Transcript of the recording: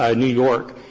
ah new york,